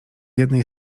jednej